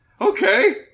okay